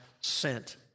sent